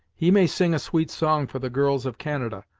he may sing a sweet song for the girls of canada,